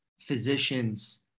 physicians